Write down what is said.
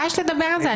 מה יש לדבר על זה?